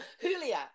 Julia